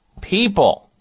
people